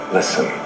Listen